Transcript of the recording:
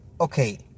Okay